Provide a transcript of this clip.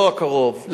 לא הקרוב,